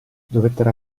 dovettero